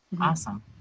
awesome